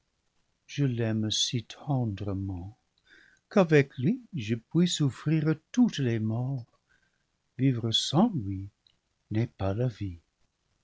je l'aime si tendrement qu'avec lui je puis souffrir toutes les morts vivre sans lui n'est pas la vie